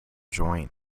joint